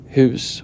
hus